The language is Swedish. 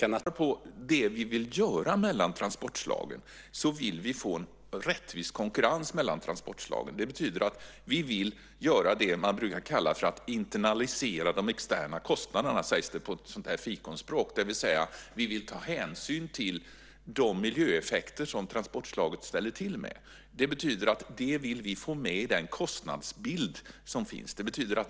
Fru talman! Det är bra att Björn Hamilton tycker att man inte ska flyga så ofta. Om vi tittar på det som vi vill göra när det gäller transportslagen så är det att få en rättvis konkurrens mellan transportslagen. Det betyder att vi vill göra det som man brukar kalla för att internalisera de externa kostnaderna - vilket sägs på ett fikonspråk - det vill säga att vi vill ta hänsyn till de miljöeffekter som transportslaget ställer till med. Det betyder att vi vill få med det i den kostnadsbild som finns.